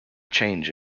change